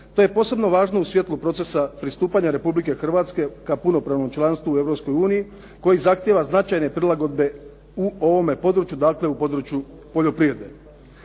te je posebno važno u svjetlu procesa pristupanja Republike Hrvatske ka punopravnom članstvu Europskoj uniji koji zahtjeva značajne prilagodbe u ovome području, dakle u području poljoprivrede.